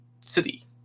city